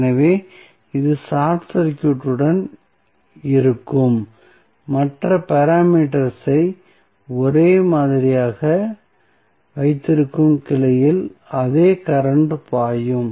எனவே இது ஷார்ட் சர்க்யூட்டுடன் இருக்கும் மற்ற பாராமீட்டர்ஸ் ஐ ஒரே மாதிரியாக வைத்திருக்கும் கிளையில் அதே கரண்ட் பாயும்